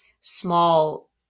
small